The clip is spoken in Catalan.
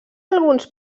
alguns